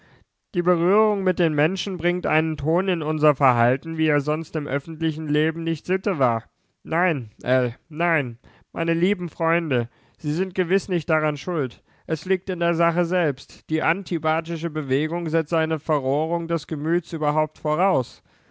die berührung mit den menschen bringt einen ton in unser verhalten wie er sonst im öffentlichen leben nicht sitte war nein ell nein meine lieben freunde sie sind gewiß nicht daran schuld es liegt in der sache selbst die antibatische bewegung setzt eine verrohung des gemüts überhaupt voraus